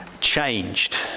changed